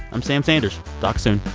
i'm sam sanders. talk soon